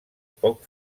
poc